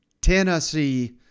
Tennessee